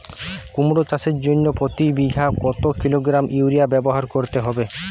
কুমড়ো চাষের জন্য প্রতি বিঘা কত কিলোগ্রাম ইউরিয়া ব্যবহার করতে হবে?